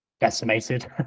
decimated